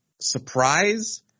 surprise